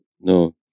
no